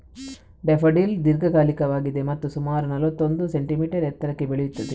daffodil ದೀರ್ಘಕಾಲಿಕವಾಗಿದೆ ಮತ್ತು ಸುಮಾರು ನಲ್ವತ್ತೊಂದು ಸೆಂಟಿಮೀಟರ್ ಎತ್ತರಕ್ಕೆ ಬೆಳೆಯುತ್ತದೆ